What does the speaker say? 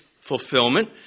fulfillment